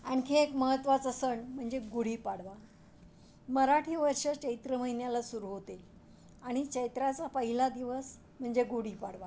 आणखी एक महत्त्वाचा सण म्हणजे गुढीपाडवा मराठी वर्ष चैत्र महिन्याला सुरू होते आणि चैत्राचा पहिला दिवस म्हणजे गुढीपाडवा